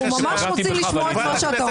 אנחנו ממש רוצים לשמוע את מה שאתה אומר.